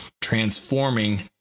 transforming